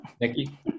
Nikki